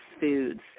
Foods